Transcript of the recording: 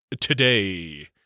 today